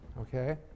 Okay